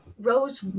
Rose